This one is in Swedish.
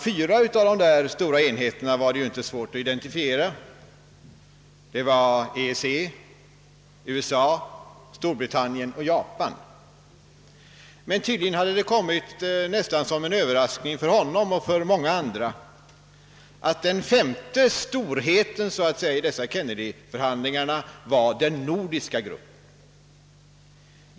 Fyra av dessa stora enheter var det ju inte svårt att identifiera — det var EEC, USA, Storbritannien och Japan. Men tydligen hade det kommit som en överraskning för denne engelske parlamentariker — och för många andra — att »den femte storheten» i dessa Kennedyförhandlingar var den nordiska gruppen.